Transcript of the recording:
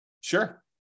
Sure